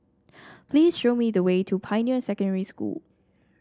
please show me the way to Pioneer Secondary School